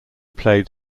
played